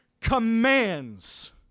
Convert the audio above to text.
commands